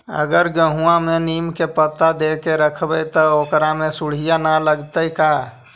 अगर गेहूं में नीम के पता देके यखबै त ओकरा में सुढि न लगतै का?